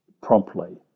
promptly